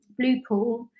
Bluepool